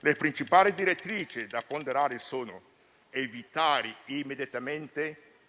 Le principali direttrici da ponderare sono: evitare immediatamente l'estensione di